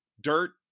dirt